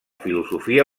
filosofia